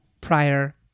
prior